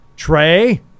Trey